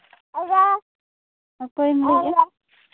ᱚᱠᱚᱭᱮᱢ ᱞᱟᱹᱭᱮᱫᱼᱟ